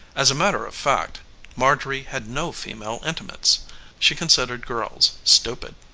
as a matter of fact marjorie had no female intimates she considered girls stupid.